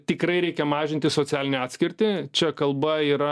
tikrai reikia mažinti socialinę atskirtį čia kalba yra